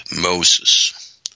Moses